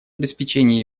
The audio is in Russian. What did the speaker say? обеспечения